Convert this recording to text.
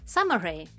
Summary